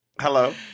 hello